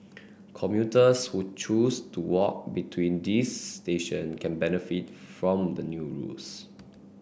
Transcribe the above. commuters who choose to walk between these station can benefit from the new rules